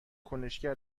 کنشگر